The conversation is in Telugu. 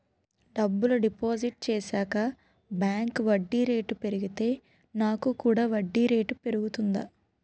డబ్బులు డిపాజిట్ చేశాక బ్యాంక్ వడ్డీ రేటు పెరిగితే నాకు కూడా వడ్డీ రేటు పెరుగుతుందా?